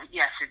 yes